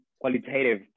qualitative